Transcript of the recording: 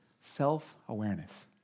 self-awareness